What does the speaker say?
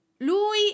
Lui